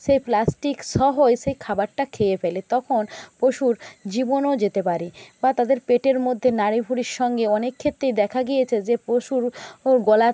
সেই প্লাস্টিকসহ সেই খাবারটা খেয়ে ফেলে তখন পশুর জীবনও যেতে পারে বা তাদের পেটের মধ্যে নাড়িভুড়ির সঙ্গে অনেক ক্ষেত্রেই দেখা গিয়েছে যে পশুরও গলাতে